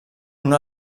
una